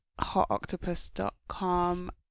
hotoctopus.com